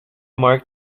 marked